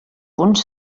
punts